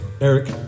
Eric